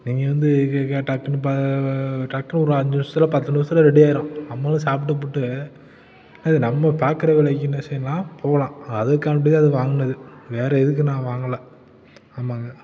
நீங்கள் வந்து பா டக்குன்னு இப்போ டக்குன்னு ஒரு அஞ்சு நிமிஷத்துல பத்து நிமிஷத்துல ரெடியாகிரும் நம்மளும் சாப்பிட்டுப்புட்டு அது நம்ம பார்க்குற வேலைக்கு என்ன செய்யலாம் போகலாம் அதுக்காவண்டிதான் இதை வாங்கினது வேறு எதுக்கும் நான் வாங்கலை ஆமாங்க